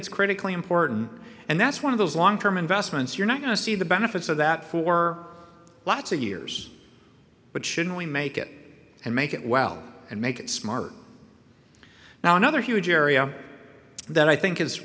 it's critically important and that's one of those long term investments you're not going to see the benefits of that for lots of years but should we make it and make it well and make it smart now another huge area that i think is